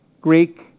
Greek